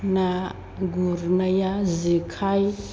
ना गुरनाया जेखाय